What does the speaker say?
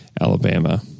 Alabama